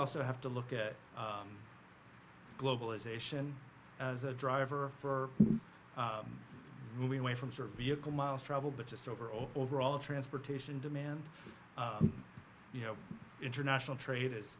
also have to look at globalization as a driver for moving away from sort of vehicle miles traveled but just overall overall transportation demand you know international trade is